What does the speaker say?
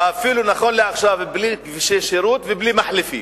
אפילו, נכון לעכשיו, בלי כבישי שירות ובלי מחלפים.